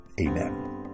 Amen